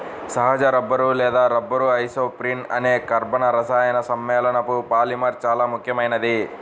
సహజ రబ్బరు లేదా rubber isoprene అనే కర్బన రసాయన సమ్మేళనపు పాలిమర్ చాలా ముఖ్యమైనది